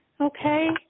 Okay